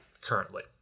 currently